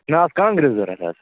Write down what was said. مےٚ آسہٕ کانٛگرِ ضروٗرت حظ